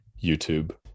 YouTube